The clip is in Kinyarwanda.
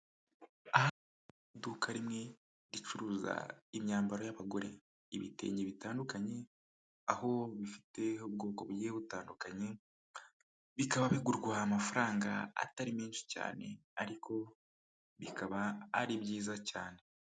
Aha hari iduka rimwe ricuruza imyambaro y'abagore, ibitenge bitandukanye, aho bifite ubwoko bugiye butandukanye, bikaba bigurwa amafaranga atari menshi cyane ariko bikaba ari byiza cyane.